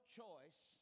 choice